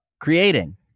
creating